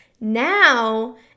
Now